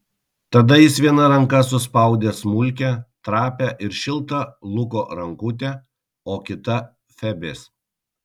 tada jis viena ranka suspaudė smulkią trapią ir šiltą luko rankutę o kita febės